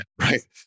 right